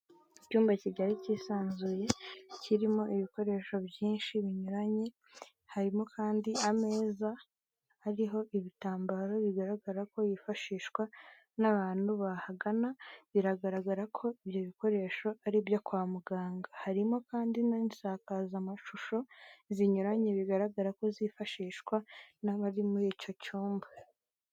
Icyumba kigari cyisanzuye kirimo ibikoresho byinshi binyuranye, harimo kandi ameza ariho ibitambaro bigaragara ko bifashishwa n'abantu bahagana, biragaragara ko ibyo bikoresho ari ibyo kwa muganga, harimo kandi n'insakazamashusho zinyuranye bigaragara ko zifashishwa n'abari muri icyo cyumba.